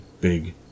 big